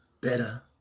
better